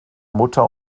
mutter